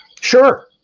Sure